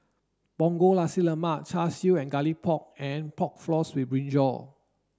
Punggol Nasi Lemak Char Siu and garlic pork and pork floss with brinjal